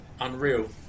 unreal